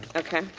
okay.